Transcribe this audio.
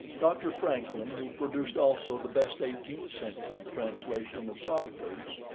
dr. francklin, who produced also the best eighteenth century translation of sophocles,